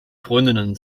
freundinnen